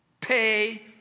pay